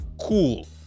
cool